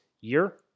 year